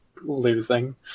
losing